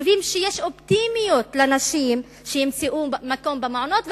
יישובים שיש אופטימיות שנשים ימצאו מקום במעונות,